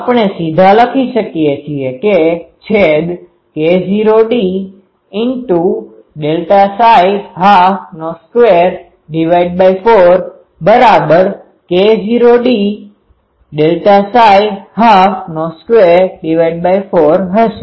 આપણે સીધા લખી શકીએ છીએ કે છેદ K૦d21222 K૦d1224 હશે